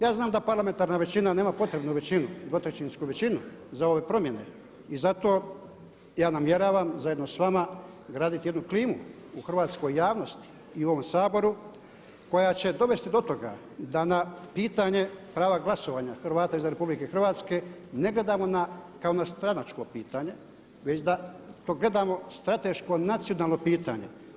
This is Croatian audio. Ja znam da parlamentarna većina nema potrebnu većinu, dvotrećinsku većinu za ove promjene i zato ja namjeravam zajedno s vama graditi jednu klimu u hrvatskoj javnosti i u ovom Saboru koja će dovesti do toga da na pitanje prava glasovanja Hrvata izvan RH ne gledamo kako na stranačko pitanje, već da to gledamo strateško nacionalno pitanje.